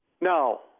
No